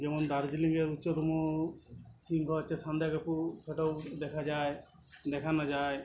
যেমন দার্জিলিংয়ের উচ্চতম শৃঙ্গ হচ্ছে সান্দাকফু এটাও দেখা যায় দেখানো যায়